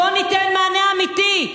בואו ניתן מענה אמיתי.